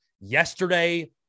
yesterday